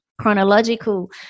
chronological